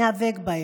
ניאבק בהם.